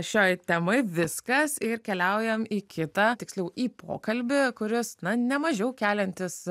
šiai temai viskas ir keliaujam į kitą tiksliau į pokalbį kuris na nemažiau keliantis